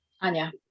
Anya